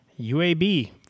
UAB